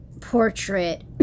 portrait